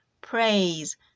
Praise